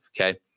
okay